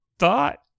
thought